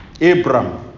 Abram